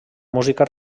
música